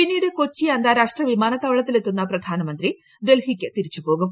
പിന്നീട് കൊച്ചി അന്താരാഷ്ട്ര വിമാനത്താവളത്തിലെത്തുന്ന പ്രധാനമന്ത്രി ഡൽഹിക്ക് തിരിച്ചുപോകും